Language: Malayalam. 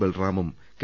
ബൽറാമും കെ